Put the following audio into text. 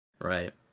right